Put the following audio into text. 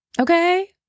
Okay